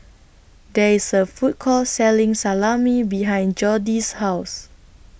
There IS A Food Court Selling Salami behind Jody's House